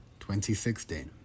2016